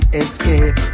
escape